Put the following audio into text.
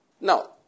Now